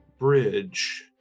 bridge